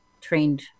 trained